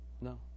No